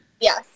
Yes